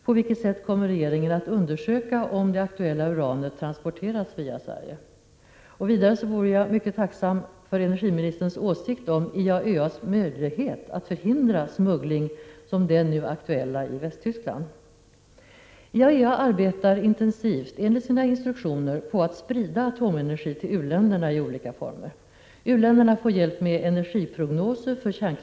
På vilket sätt kommer regeringen att undersöka om det aktuella uranet har transporterats via Sverige? Vidare skulle jag vilja höra energiministerns åsikt om IAEA:s möjlighet att förhindra smuggling som den nu aktuella i Västtyskland. IAEA arbetar intensivt, enligt sina instruktioner, på att sprida atomenergi till u-länderna i olika former. U-länderna får hjälp med energiprognoser för — Prot.